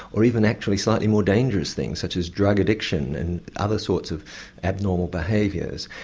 or even actually slightly more dangerous things such as drug addiction and other sorts of abnormal behaviours.